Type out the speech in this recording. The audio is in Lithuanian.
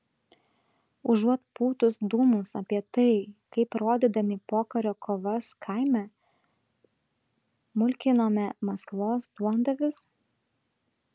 užuot pūtus dūmus apie tai kaip rodydami pokario kovas kaime mulkinome maskvos duondavius